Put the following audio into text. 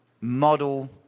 model